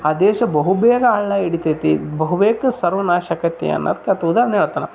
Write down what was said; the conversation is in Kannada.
ಆ ದೇಶ ಬಹುಬೇಗ ಹಳ್ಳ ಹಿಡಿತೈತಿ ಬಹುಬೇಗ ಸರ್ವನಾಶ ಆಕತಿ ಅನ್ನೋದ್ಕೆ ಉದಾಹರ್ಣೆ ಹೇಳ್ತಾನ